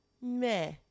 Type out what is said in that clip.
meh